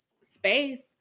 space